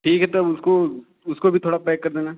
ठीक है तब उसको उसको भी थोड़ा पैक कर देना